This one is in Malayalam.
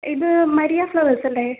ഇത് മരിയ ഫ്ലവേഴ്സ്സല്ലേ